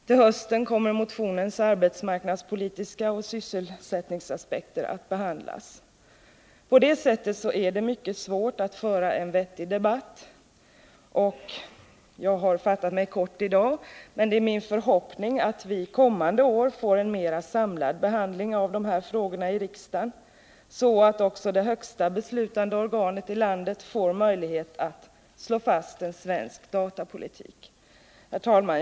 Till hösten kommer motionens arbetsmarknadspolitiska och sysselsättningspolitiska aspekter att behandlas. På det sättet är det mycket svårt att föra en vettig debatt, och jag har fattat mig kort i dag. Men det är min förhoppning att vi kommande år skall få en mera samlad behandling av de här frågorna i riksdagen, så att också det högsta beslutande organet i landet får möjlighet att slå fast en svensk datapolitik. Herr talman!